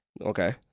Okay